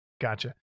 Gotcha